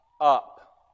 up